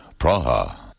Praha